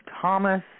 Thomas